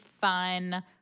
fun